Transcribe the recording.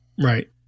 Right